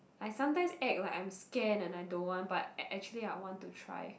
I sometimes act like I'm scared and I don't want but ac~ actually I want to try